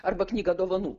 arba knygą dovanų